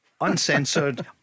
uncensored